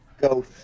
go